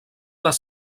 les